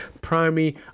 primary